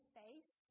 face